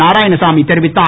நாராயணசாமி தெரிவித்தார்